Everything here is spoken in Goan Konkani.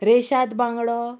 रेशाद बांगडो